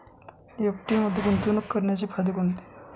ETF मध्ये गुंतवणूक करण्याचे फायदे कोणते?